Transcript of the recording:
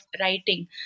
writing